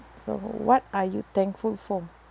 so what are you thankful for